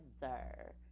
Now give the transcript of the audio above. together